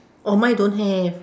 mine don't have